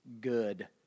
good